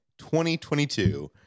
2022